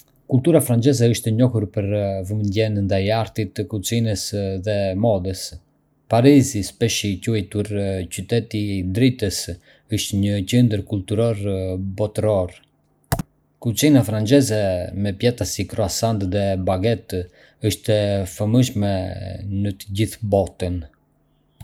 Kultura franceze është e njohur për vëmendjen ndaj artit, kuzhinës dhe modës. Parisi, shpesh i quajtur 'qyteti i dritës', është një qendër kulturore botërore. Kuzhina franceze, me pjata si kroasant dhe bagetë, është e famshme në të gjithë botën.